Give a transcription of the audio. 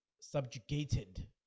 subjugated